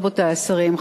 רבותי השרים,